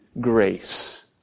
grace